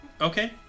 Okay